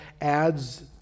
adds